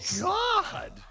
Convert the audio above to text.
God